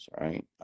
right